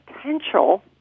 potential